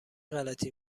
غلطی